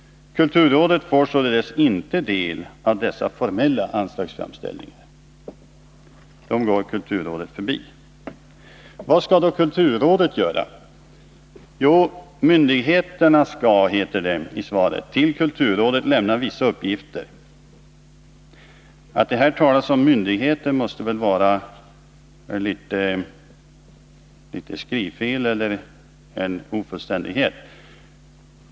Kulturrådet får således inte del av dessa formella anslagsframställningar — de går kulturrådet förbi. Jo, myndigheterna skall, heter det i svaret, till kulturrådet lämna vissa uppgifter. Att det här talas om myndigheter måste väl bero på ett skrivfel eller vara en ofullständighet.